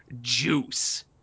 juice